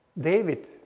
David